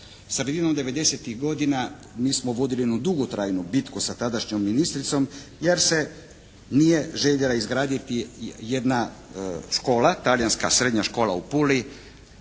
Sredinom devedesetih godina mi smo vodili jednu dugotrajnu bitku sa tadašnjom ministricom jer se nije željela izgraditi jedna škola, talijanska srednja škola u Puli